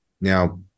Now